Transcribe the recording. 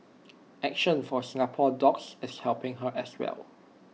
action for Singapore dogs is helping her as well